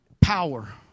power